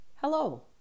Hello